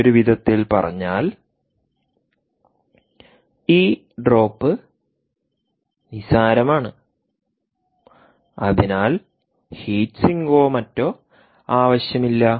മറ്റൊരു വിധത്തിൽ പറഞ്ഞാൽ ഈ ഡ്രോപ്പ് നിസ്സാരമാണ് അതിനാൽ ഹീറ്റ് സിങ്കോ മറ്റോ ആവശ്യമില്ല